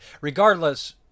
regardless